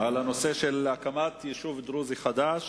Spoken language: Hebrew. על הנושא של הקמת יישוב דרוזי חדש,